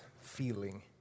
feeling